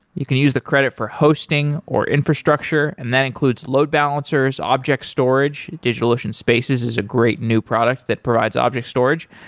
you can use the credit for hosting, or infrastructure, and that includes load balancers, object storage. digitalocean spaces is a great new product that provides object storage,